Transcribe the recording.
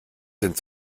sind